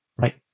right